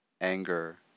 anger